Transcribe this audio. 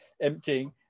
emptying